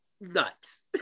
nuts